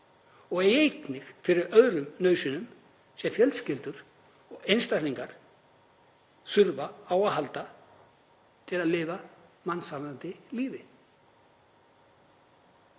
eigi einnig fyrir öðrum nauðsynjum sem fjölskyldur og einstaklingar þurfa á að halda til að lifa mannsæmandi lífi.